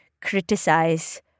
criticize